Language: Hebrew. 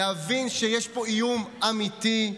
להבין שיש פה איום אמיתי,